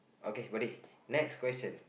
okay buddy next question